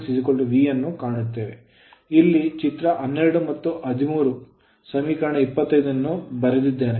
ಇಲ್ಲಿ ನಾನು ಚಿತ್ರ 12 ಚಿತ್ರ 13 ಮತ್ತು ಸಮೀಕರಣ 25 ಅನ್ನು ಬರೆದಿದ್ದೇನೆ